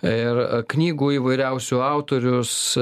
ir knygų įvairiausių autorius